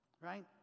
right